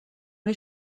les